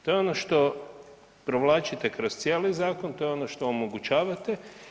To je ono što provlačite kroz cijeli zakon, to je ono što omogućavate.